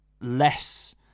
less